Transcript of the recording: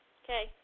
okay